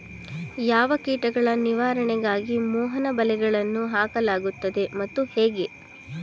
ಯಾವ ಕೀಟಗಳ ನಿವಾರಣೆಗಾಗಿ ಮೋಹನ ಬಲೆಗಳನ್ನು ಹಾಕಲಾಗುತ್ತದೆ ಮತ್ತು ಹೇಗೆ?